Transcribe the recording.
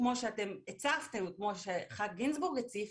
כמו שאתם הצפת כמו שחבר הכנסת גינזבורג הציף,